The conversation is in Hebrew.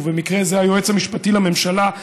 ובמקרה זה היועץ המשפטי לממשלה,